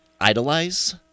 idolize